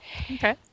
Okay